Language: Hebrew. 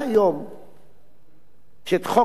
את חוק-יסוד: כבוד האדם וחירותו,